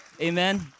Amen